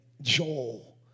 Joel